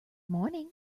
morning